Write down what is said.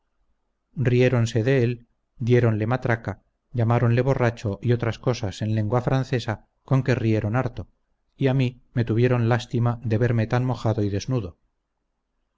riéronse de él diéronle matraca llamándole borracho y otras cosas en lengua francesa con que rieron harto y a mí me tuvieron lástima de verme tan mojado y desnudo